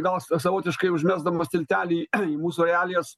gal sa savotiškai užmesdamas tiltelį į mūsų realijas